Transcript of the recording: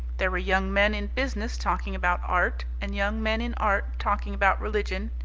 there were young men in business talking about art, and young men in art talking about religion,